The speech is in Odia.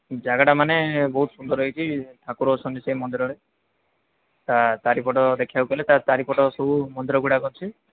ଜାଗାଟା ମାନେ ବହୁତ ସୁନ୍ଦର ହେଇଛି ଠାକୁର ଅଛନ୍ତି ସେ ମନ୍ଦିରରେ ତା ଚାରିପଟ ଦେଖିବାକୁ ଗଲେ ତା ଚାରିପଟ ସବୁ ମନ୍ଦିରଗୁଡ଼ାକ ଅଛି